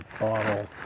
bottle